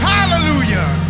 Hallelujah